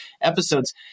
episodes